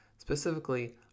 Specifically